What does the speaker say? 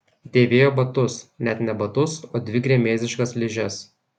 dėvėjo batus net ne batus o dvi gremėzdiškas ližes